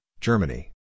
Germany